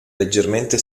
leggermente